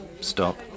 Stop